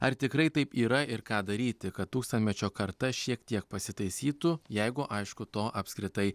ar tikrai taip yra ir ką daryti kad tūkstantmečio karta šiek tiek pasitaisytų jeigu aišku to apskritai